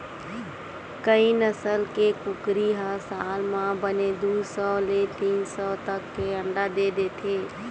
कइ नसल के कुकरी ह साल म बने दू सौ ले तीन सौ तक के अंडा दे देथे